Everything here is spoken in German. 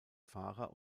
fahrer